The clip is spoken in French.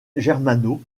germano